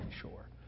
sure